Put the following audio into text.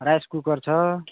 rice cooker छ